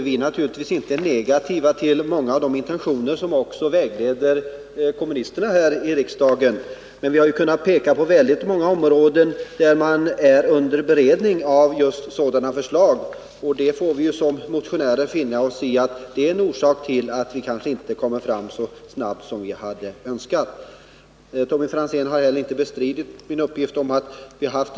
Vi är naturligtvis inte negativa i vad gäller många av de intentioner som också vägleder kommunisterna här i riksdagen, men vi har på åtskilliga områden kunnat peka på att förslag i sådan riktning är under beredning. Som motionärer får vi finna oss i att detta kan leda till att våra förslag inte genomförs så snabbt som vi hade önskat. Tommy Franzén har inte heller bestritt min uppgift om att sysselsättningen har ökat.